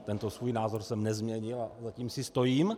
Tento svůj názor jsem nezměnil a za tím si stojím.